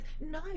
No